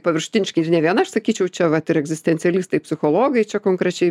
paviršutiniški ir ne vien aš sakyčiau čia vat ir egzistencialistai psichologai čia konkrečiai